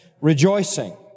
rejoicing